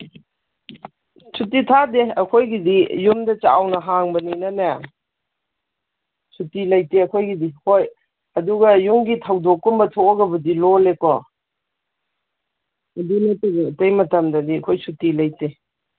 ꯁꯨꯇꯤ ꯊꯥꯗꯦ ꯑꯩꯈꯣꯏꯒꯤꯗꯤ ꯌꯨꯝꯗ ꯆꯥꯎꯅ ꯍꯥꯡꯕꯅꯤꯅꯅꯦ ꯁꯨꯇꯤ ꯂꯩꯇꯦ ꯑꯩꯈꯣꯏꯒꯤꯗꯤ ꯍꯣꯏ ꯑꯗꯨꯒ ꯌꯨꯝꯒꯤ ꯊꯧꯗꯣꯛꯀꯨꯝꯕ ꯊꯣꯛꯑꯒꯕꯨꯗꯤ ꯂꯣꯜꯂꯦꯀꯣ ꯑꯗꯨ ꯅꯠꯇꯕ ꯑꯗꯩ ꯃꯇꯝꯗꯗꯤ ꯑꯩꯈꯣꯏ ꯁꯨꯇꯤ ꯂꯩꯇꯦ